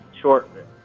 short